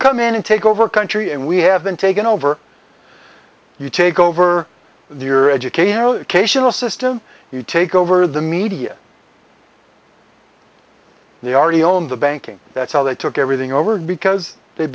come in and take over country and we haven't taken over you take over the your education how occasional system you take over the media they already own the banking that's how they took everything over because they